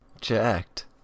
jacked